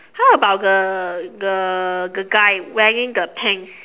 how about the the the guy wearing the pants